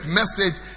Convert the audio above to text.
message